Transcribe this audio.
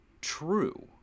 true